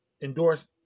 endorse